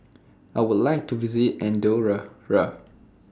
I Would like to visit Andorra Ra